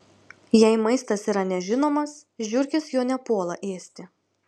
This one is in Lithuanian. jei maistas yra nežinomas žiurkės jo nepuola ėsti